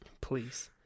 please